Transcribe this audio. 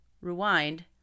rewind